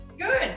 Good